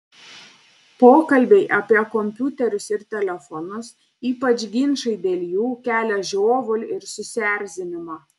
pokalbiai apie kompiuterius ir telefonus ypač ginčai dėl jų kelia žiovulį ir susierzinimą